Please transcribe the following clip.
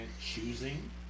choosing